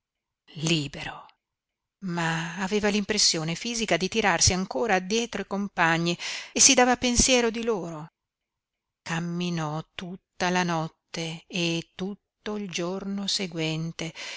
libero ma aveva l'impressione fisica di tirarsi ancora addietro i compagni e si dava pensiero di loro camminò tutta la notte e tutto il giorno seguente